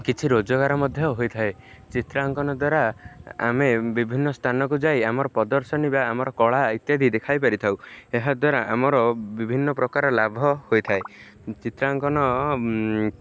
କିଛି ରୋଜଗାର ମଧ୍ୟ ହୋଇଥାଏ ଚିତ୍ରାଙ୍କନ ଦ୍ୱାରା ଆମେ ବିଭିନ୍ନ ସ୍ଥାନକୁ ଯାଇ ଆମର ପ୍ରଦର୍ଶନୀ ବା ଆମର କଳା ଇତ୍ୟାଦି ଦେଖାଇ ପାରିଥାଉ ଏହାଦ୍ୱାରା ଆମର ବିଭିନ୍ନ ପ୍ରକାର ଲାଭ ହୋଇଥାଏ ଚିତ୍ରାଙ୍କନ